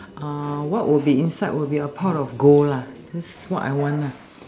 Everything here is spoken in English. uh what would be inside would be a part of gold lah this what I want lah